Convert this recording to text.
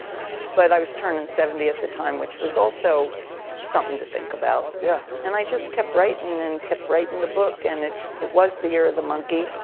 but i was turning seventy at the time, which was also something to think about. yeah. and i just kept writing and and kept writing the book, and it it was the year of the monkey,